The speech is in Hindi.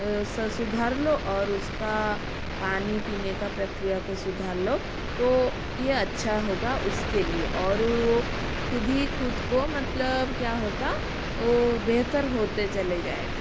सुधार लो और उसका पानी पीने का प्रक्रिया को सुधार लो तो यह अच्छा होगा उसके लिए ओर वह ख़ुद ही ख़ुद को मतलब क्या होता वह बेहतर होते चला जाएगा